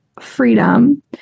freedom